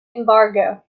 embargo